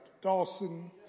Dawson